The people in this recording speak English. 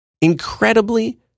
incredibly